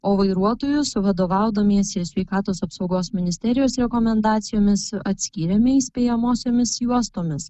o vairuotojus vadovaudamiesi sveikatos apsaugos ministerijos rekomendacijomis atskyrėme įspėjamosiomis juostomis